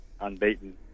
unbeaten